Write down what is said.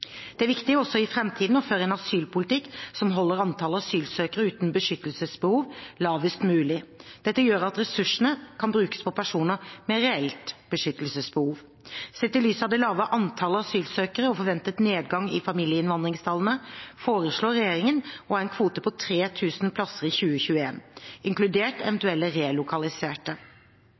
Det er viktig også i fremtiden å føre en asylpolitikk som holder antall asylsøkere uten beskyttelsesbehov lavest mulig. Dette gjør at ressursene kan brukes på personer med reelt beskyttelsesbehov. Sett i lys av det lave antallet asylsøkere og forventet nedgang i familieinnvandringstallene foreslår regjeringen å ha en kvote på 3 000 plasser i 2021, inkludert eventuelle relokaliserte.